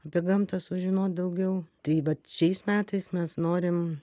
apie gamtą sužinot daugiau tai vat šiais metais mes norim